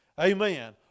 Amen